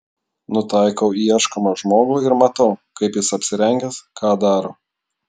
nutaikau į ieškomą žmogų ir matau kaip jis apsirengęs ką daro